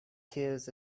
tears